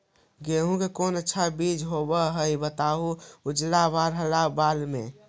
गेहूं के कौन सा अच्छा बीज होव है बताहू, उजला बाल हरलाल बाल में?